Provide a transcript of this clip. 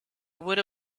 would